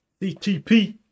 CTP